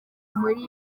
muri